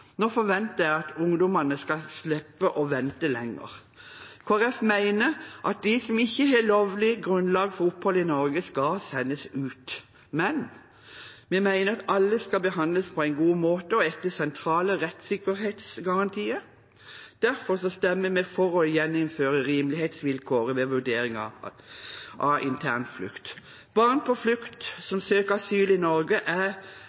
Nå forventer jeg at ungdommene skal slippe å vente lenger. Kristelig Folkeparti mener at de som ikke har lovlig grunnlag for opphold i Norge, skal sendes ut, men vi mener at alle skal behandles på en god måte og etter sentrale rettssikkerhetsgarantier. Derfor stemmer vi for å gjeninnføre rimelighetsvilkåret ved vurderinger av internflukt. Barn på flukt som søker asyl i Norge,